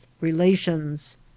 relations